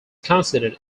considered